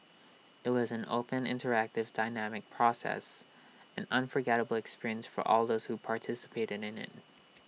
IT was an open interactive dynamic process an unforgettable experience for all those who participated in IT